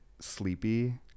sleepy